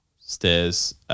stairs